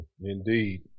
Indeed